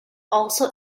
also